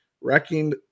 wrecking